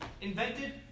invented